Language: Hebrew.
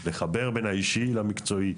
זה לחבר בין האישי למקצועי.